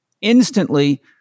instantly